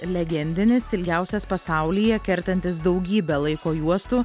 legendinis ilgiausias pasaulyje kertantis daugybę laiko juostų